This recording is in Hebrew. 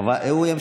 הוא היה